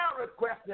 request